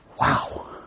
wow